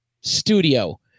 studio